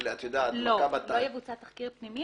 לא, לא יבוצע תחקיר פנימי